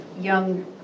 young